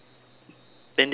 then they know like